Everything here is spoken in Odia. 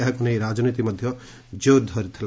ଏହାକୁ ନେଇ ରାଜନୀତି ମଧ୍ଧ ଜୋର ଧରିଥିଲା